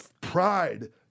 pride